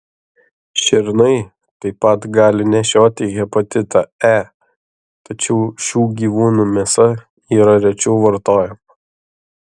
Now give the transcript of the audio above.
šernai taip pat gali nešioti hepatitą e tačiau šių gyvūnų mėsa yra rečiau vartojama